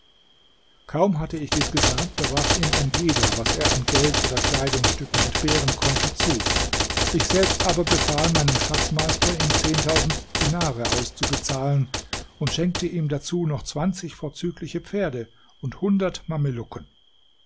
kaum hatte ich dies gesagt da warf ihm ein jeder was er an geld oder kleidungsstücken entbehren konnte zu ich selbst aber befahl meinem schatzmeister ihm zehntausend dinare auszubezahlen und schenkte ihm dazu noch zwanzig vorzügliche pferde und hundert